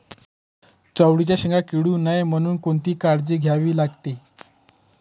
चवळीच्या शेंगा किडू नये म्हणून कोणती काळजी घ्यावी लागते?